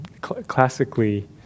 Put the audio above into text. Classically